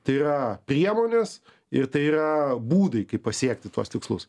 tai yra priemonės ir tai yra būdai kaip pasiekti tuos tikslus